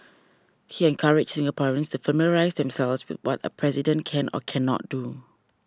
he encouraged Singaporeans to familiarise themselves with what a President can or cannot do